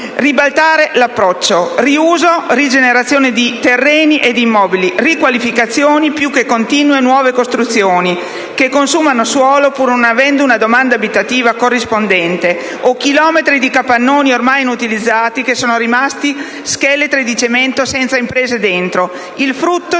ribaltare l'approccio: riuso e rigenerazione di terreni e di immobili; riqualificazioni, più che continue e nuove costruzioni, che consumano suolo pur non avendo una domanda abitativa corrispondente, o chilometri di capannoni, ormai inutilizzati, che sono rimasti scheletri di cemento senza imprese dentro. Questo è